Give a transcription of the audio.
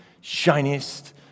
shiniest